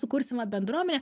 sukursim va bendruomenę